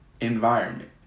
environment